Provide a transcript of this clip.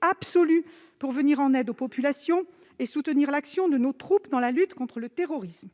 absolue pour venir en aide aux populations et soutenir l'action de nos troupes dans la lutte contre le terrorisme.